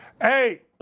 Hey